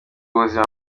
ubuzima